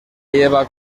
lleva